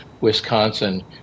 Wisconsin